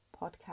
podcast